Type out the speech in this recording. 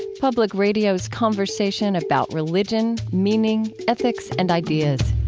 public radio's conversation about religion, meaning, ethics, and ideas.